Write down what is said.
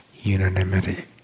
unanimity